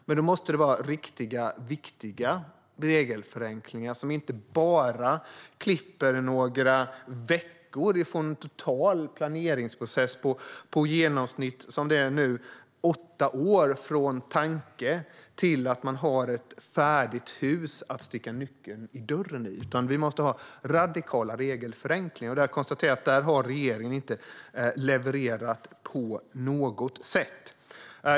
Men då måste det vara riktiga och viktiga regelförenklingar som inte bara klipper några veckor från en total planeringsprocess på i genomsnitt åtta år, som det är nu, från tanke till att man har ett färdigt hus där man kan sticka nyckeln i dörrlåset. Vi måste alltså ha radikala regelförenklingar. Där konstaterar jag att regeringen inte har levererat på något sätt.